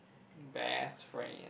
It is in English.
best friend